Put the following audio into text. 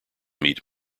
meet